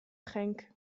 genk